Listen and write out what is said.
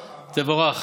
תבורך.